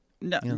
No